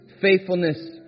faithfulness